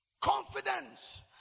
Confidence